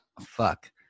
fuck